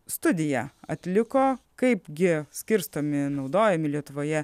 studiją atliko kaipgi skirstomi naudojami lietuvoje